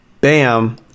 bam